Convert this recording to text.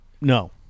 No